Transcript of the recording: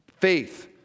Faith